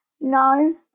No